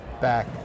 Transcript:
back